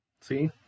See